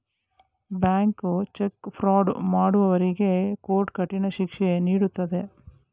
bank check fraud ಮಾಡುವವರಿಗೆ court ಕಠಿಣ ಶಿಕ್ಷೆ ನೀಡುತ್ತದೆ